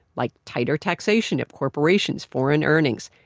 like tighter taxation of corporations' foreign earnings.